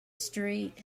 street